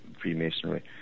Freemasonry